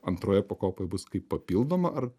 antroje pakopoj bus kaip papildoma ar